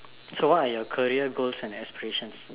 so what are your career goals and aspirations